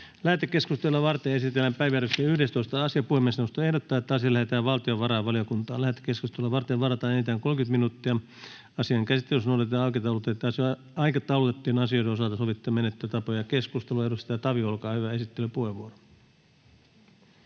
Lähetekeskustelua varten esitellään päiväjärjestyksen 11. asia. Puhemiesneuvosto ehdottaa, että asia lähetetään valtiovarainvaliokuntaan. Lähetekeskusteluun varataan enintään 30 minuuttia. Asian käsittelyssä noudatetaan aikataulutettujen asioiden osalta sovittuja menettelytapoja. — Keskustelu, edustaja Tavio, olkaa hyvä, esittelypuheenvuoro.